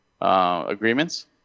agreements